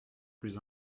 plus